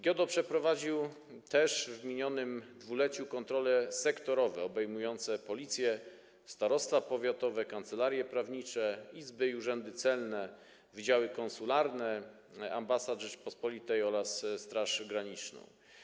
GIODO przeprowadził też w minionym dwuleciu kontrole sektorowe obejmujące Policję, starostwa powiatowe, kancelarie prawnicze, izby i urzędy celne, wydziały konsularne ambasad Rzeczypospolitej oraz Straż Graniczną.